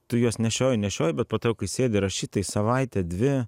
tu juos nešioji nešioji bet po to jau kai sėdi rašyt tai savaitę dvi